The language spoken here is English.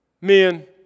Men